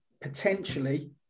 potentially